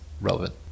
relevant